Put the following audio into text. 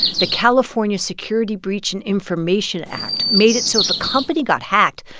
the california security breach and information act made it so if a company got hacked,